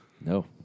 No